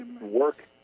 work